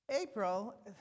April